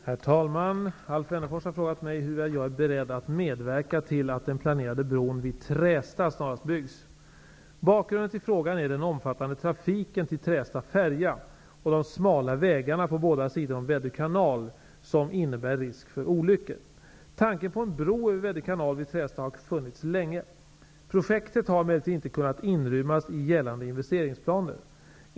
Herr talman! Alf Wennerfors har frågat mig huruvida jag är beredd att medverka till att den planerade bron vid Trästa snarast byggs. Bakgrunden till frågan är den omfattande trafiken till Trästa färja och de smala vägarna på båda sidorna av Väddö kanal som innebär risk för olyckor. Tanken på en bro över Väddö kanal vid Trästa har funnits länge. Projektet har emellertid inte kunnat inrymmas i gällande investeringsplaner.